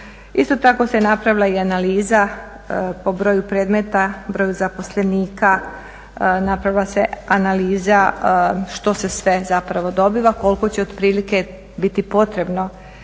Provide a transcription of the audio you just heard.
Isto tako se napravila i analiza po broju predmeta, broju zaposlenika, napravila se analiza što se sve zapravo dobiva, koliko će otprilike biti potrebno